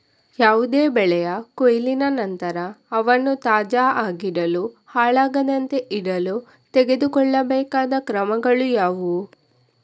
ಯಾವುದೇ ಬೆಳೆಯ ಕೊಯ್ಲಿನ ನಂತರ ಅವನ್ನು ತಾಜಾ ಆಗಿಡಲು, ಹಾಳಾಗದಂತೆ ಇಡಲು ತೆಗೆದುಕೊಳ್ಳಬೇಕಾದ ಕ್ರಮಗಳು ಯಾವುವು?